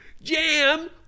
jam